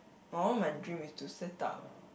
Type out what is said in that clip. all my dream is to set up